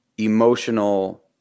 emotional